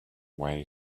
way